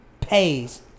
pays